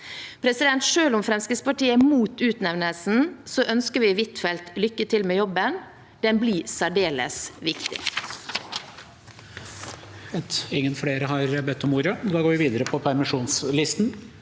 Selv om Fremskrittspartiet er mot utnevnelsen, ønsker vi Huitfeldt lykke til med jobben. Den blir særdeles viktig.